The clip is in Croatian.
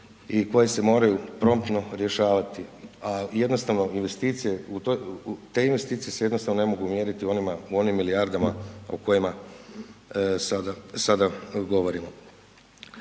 investicije u toj, te investicije se jednostavno ne mogu mjeriti u onim milijardama o kojima sada govorimo.